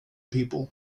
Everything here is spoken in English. people